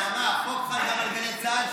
נעמה, החוק חל גם על גלי צה"ל?